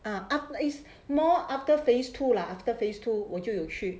ah aft~ is more after phase two lah after phase two 我就有去